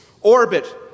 orbit